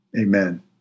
amen